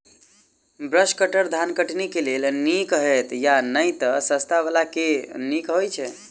Brush cutter धान कटनी केँ लेल नीक हएत या नै तऽ सस्ता वला केँ नीक हय छै?